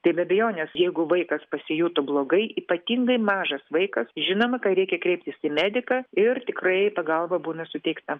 tai be abejonės jeigu vaikas pasijuto blogai ypatingai mažas vaikas žinoma kad reikia kreiptis į mediką ir tikrai pagalba būna suteikta